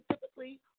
typically